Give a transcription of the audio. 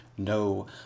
No